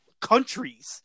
countries